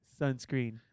sunscreen